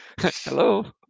Hello